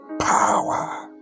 power